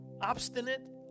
obstinate